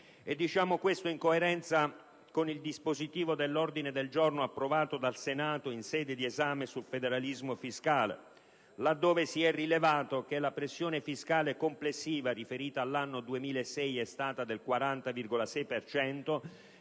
Diciamo questo in coerenza col dispositivo dell'ordine del giorno approvato dal Senato in sede di esame della legge sul federalismo fiscale, laddove si è rilevato che la pressione fiscale complessiva, riferita all'anno 2006, è stata del 40,6